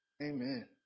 Amen